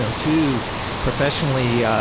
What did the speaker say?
so too professionally yeah